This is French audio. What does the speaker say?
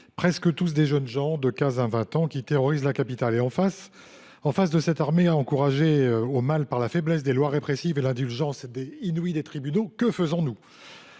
le fait de] jeunes gens de quinze à vingt ans – qui terrorisent la capitale. Et, en face de cette armée encouragée au mal par la faiblesse des lois répressives et l’indulgence inouïe des tribunaux, que voyons nous ?